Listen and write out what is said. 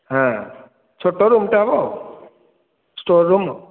ହଁ ଛୋଟ ରୁମ୍ଟେ ହେବ ଆଉ ଷ୍ଟୋର୍ ରୁମ୍ ଆଉ